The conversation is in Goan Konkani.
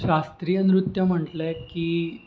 शास्त्रीय नृत्य म्हटलें की